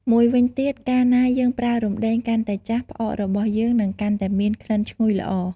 មួយវិញទៀត កាលណាយើងប្រើរំដេងកាន់តែចាស់ ផ្អករបស់យើងនឹងកាន់តែមានក្លិនឈ្ងុយល្អ។